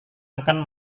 akan